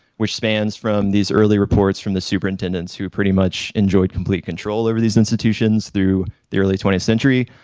which spans from these early reports from the superintendent's, who pretty much enjoyed complete control over these institutions through the early twentieth century,